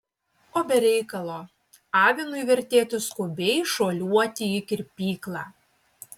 o be reikalo avinui vertėtų skubiai šuoliuoti į kirpyklą